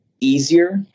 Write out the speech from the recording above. easier